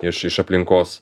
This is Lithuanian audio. iš iš aplinkos